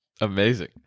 Amazing